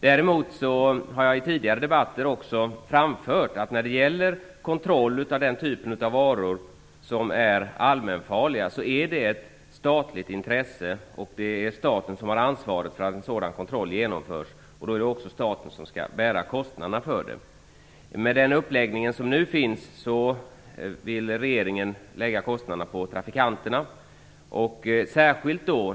Däremot har jag i tidigare debatter också framfört att kontroll av den typ av varor som är allmänfarliga är ett statligt intresse, och det är staten som har ansvaret för att sådan kontroll genomförs. Då är det också staten som skall bära kostnaderna för det. Med den uppläggning som nu finns vill regeringen lägga kostnaderna på trafikanterna.